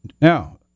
Now